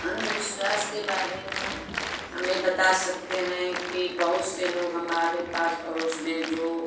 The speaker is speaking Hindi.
अंधविश्वास के बारे में हम ये बता सकते हैं कि बहुत से लोग हमारे पास पड़ोस में हैं जो